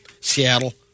Seattle